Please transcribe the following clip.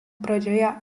pradžioje